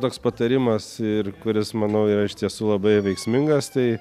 toks patarimas ir kuris manau yra iš tiesų labai veiksmingas tai